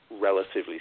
Relatively